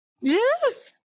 Yes